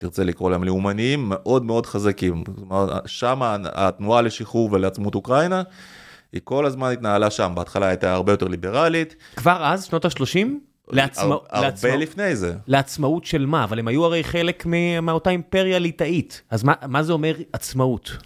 תרצה לקרוא להם לאומניים מאוד מאוד חזקים, שמה התנועה לשחרור ולעצמאות אוקראינה היא כל הזמן התנהלה שם בהתחלה הייתה הרבה יותר ליברלית. כבר אז שנות ה-30? הרבה לפני זה. לעצמאות של מה? אבל הם היו הרי חלק מאותה אימפריה ליטאית, אז מה זה אומר עצמאות?